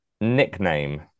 Nickname